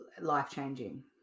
life-changing